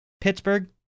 Pittsburgh